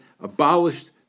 abolished